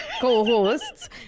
co-hosts